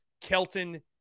Kelton